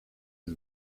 del